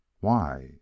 Why